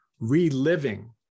reliving